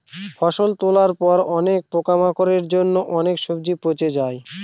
ফসল তোলার পরে অনেক পোকামাকড়ের জন্য অনেক সবজি পচে যায়